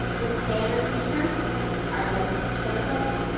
the standard features are message templates,